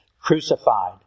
crucified